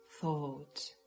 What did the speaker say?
thought